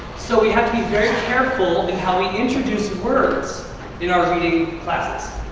so we have to be very careful of how we introduce words in our reading classes.